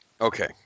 Okay